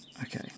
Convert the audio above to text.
Okay